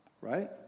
Right